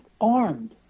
armed